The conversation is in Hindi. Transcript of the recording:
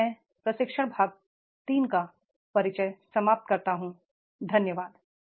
तो यहां मैं प्रशिक्षणभाग 3 का परिचय समाप्त करता हूं धन्यवाद